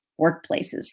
workplaces